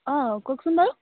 অঁ কওকচোন বাৰু